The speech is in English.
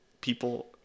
people